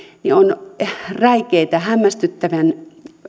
niin on räikeitä hämmästyttävän